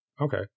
Okay